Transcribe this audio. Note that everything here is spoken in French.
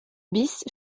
bis